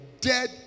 dead